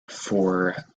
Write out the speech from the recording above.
for